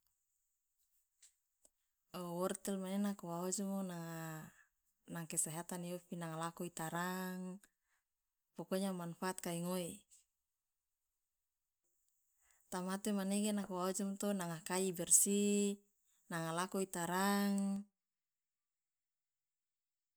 owortel mene nako wa ojomo nanga kesehatan iofi nanga lako itarang pokoknya manfaat kai ngoe tamate manege nako waojomo to nanga kai ibersi nanga lako itarang.